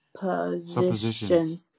supposition